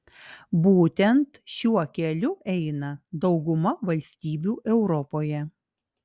būtent šiuo keliu eina dauguma valstybių europoje